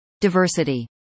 Diversity